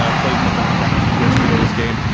ah played in the back half of yesterday's game.